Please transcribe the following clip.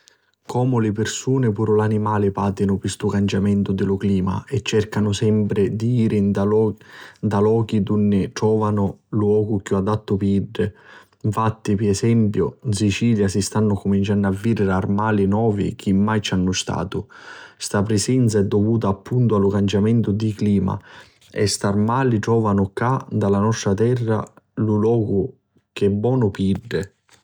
Comu li pirsuni puru l'armali pàtinu pi stu canciamentu di lu clima e cercanu sempri di jiri nta lochi dunni trovanu lu ocu chiù adattu a iddi. Nfatti, pi esempiu, 'n Sicilia si stannu cumunciannu a vìdiri armali novi chi mai ci hannu statu. Sta prisenza è duvuta appuntu a stu canciamentu di clima e st'armali trovanu cca, nta la nostra terra, lu locu ch'è bonu pi iddi.